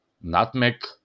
nutmeg